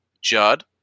Judd